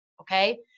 okay